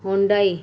Hyundai